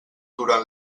durant